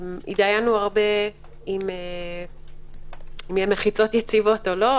התדיינו הרבה אם יהיו מחיצות יציבות או לא,